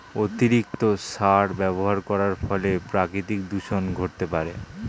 অতিরিক্ত সার ব্যবহার করার ফলেও প্রাকৃতিক দূষন ঘটতে পারে